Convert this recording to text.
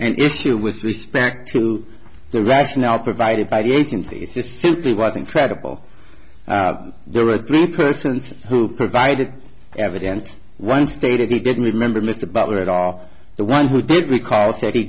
an issue with respect to the rationale provided by the agency just simply wasn't credible there were three persons who provided evidence one stated he didn't remember mr butler at all the one who did recall said he